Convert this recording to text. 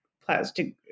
plastic